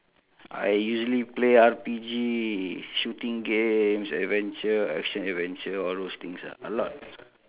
I usually play R_P_G shooting games adventure action adventure all those things ah a lot